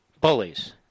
Bullies